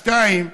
שניים,